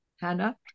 Hannah